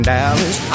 Dallas